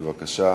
בבקשה.